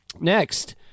Next